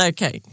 Okay